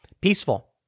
peaceful